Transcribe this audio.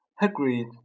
Agreed